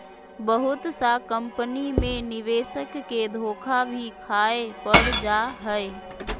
बहुत सा कम्पनी मे निवेशक के धोखा भी खाय पड़ जा हय